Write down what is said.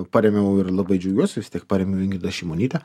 parėmiau ir labai džiaugiuos vis tik parėmiau ingridą šimonytę